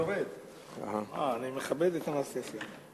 אני מכבד את אנסטסיה.